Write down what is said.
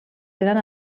tenen